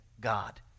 God